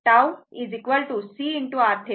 तेव्हा tau CRThevenin